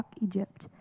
Egypt